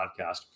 podcast